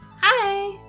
Hi